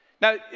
Now